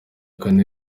kane